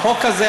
החוק הזה,